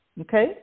Okay